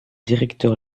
directeur